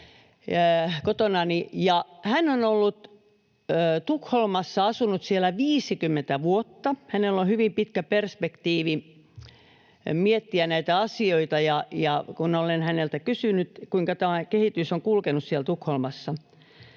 asunut siellä 50 vuotta. Hänellä on hyvin pitkä perspektiivi miettiä näitä asioita, ja kun olen häneltä kysynyt, kuinka tämä kehitys on kulkenut siellä Tukholmassa,